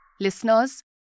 Listeners